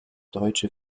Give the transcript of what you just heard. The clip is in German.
deutsche